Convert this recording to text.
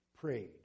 prayed